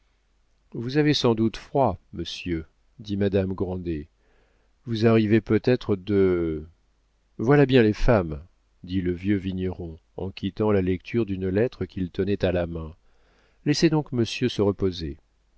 vous avez sans doute froid monsieur dit madame grandet vous arrivez peut-être de voilà bien les femmes dit le vieux vigneron en quittant la lecture d'une lettre qu'il tenait à la main laissez donc monsieur se reposer